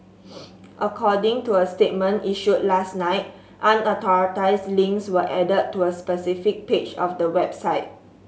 according to a statement issued last night unauthorised links were added to a specific page of the website